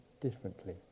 differently